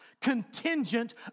contingent